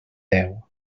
deu